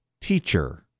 teacher